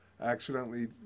accidentally